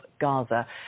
Gaza